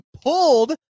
pulled